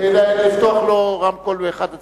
לפתוח לו רמקול באחד הצדדים.